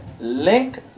Link